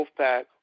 Wolfpack